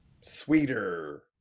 sweeter